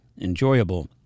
enjoyable